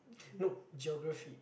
no Geography